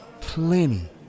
Plenty